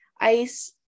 ice